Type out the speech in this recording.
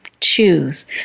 Choose